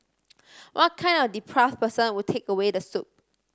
what kind of deprave person would take away the soup